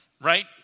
right